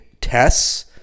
tests